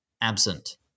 absent